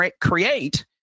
create